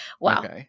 Wow